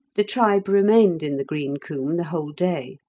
the tribe remained in the green coombe the whole day,